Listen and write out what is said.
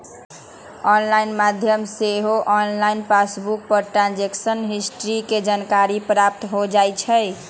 online माध्यम से सेहो ऑनलाइन पासबुक पर ट्रांजैक्शन हिस्ट्री के जानकारी प्राप्त हो जाइ छइ